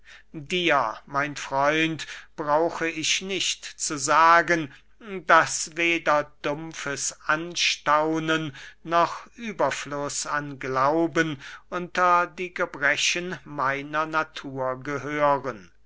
dir mein freund brauche ich nicht zu sagen daß weder dumpfes anstaunen noch überfluß an glauben unter die gebrechen meiner natur gehören